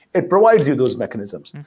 it provides you those mechanisms.